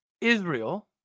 Israel